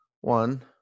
One